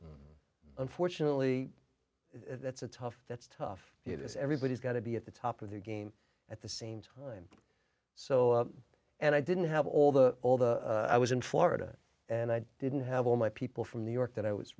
unfortunately that's a tough that's tough it is everybody's got to be at the top of their game at the same time so and i didn't have all the all the i was in florida and i didn't have all my people from new york that i was